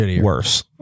worse